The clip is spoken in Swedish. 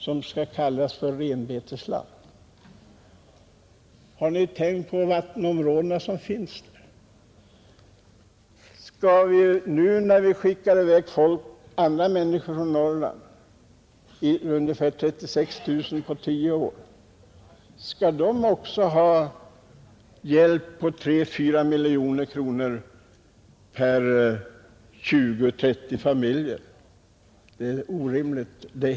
som skall kallas renbetesland? Har ni tänkt på vattenområdena som finns där uppe? Skall vi nu, när vi skickar i väg andra människor från Norrland — ungefär 36 000 på tio år — ge dem som bor i det här området också en hjälp på 3 eller 4 miljoner kronor per 20—30 familjer? Det hela är orimligt.